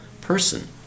person